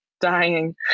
dying